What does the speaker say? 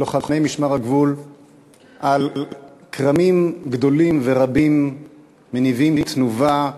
לוחמי משמר הגבול על כרמים גדולים ורבים מניבים תנובה,